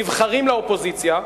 נבחרים לאופוזיציה.